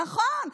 נכון.